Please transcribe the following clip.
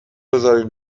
بذارین